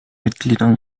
mitgliedern